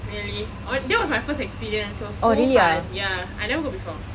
really oh that was my first experience it was so fun ya I never go before